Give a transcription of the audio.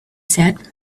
said